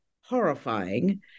horrifying